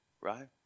right